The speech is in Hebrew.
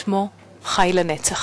שמו חי לנצח.